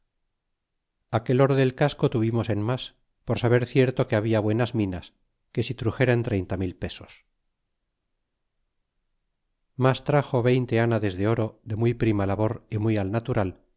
aquel oro del casco tuvimos en mas por saber cierto que habla buenas minas que si truxeran treinta mil pesos mas traxo veinte ánades de oro de muy prima labor y muy al natural